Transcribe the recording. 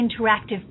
interactive